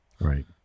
Right